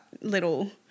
little